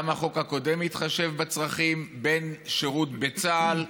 גם החוק הקודם התחשב בצרכים, בין שירות בצה"ל,